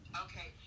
okay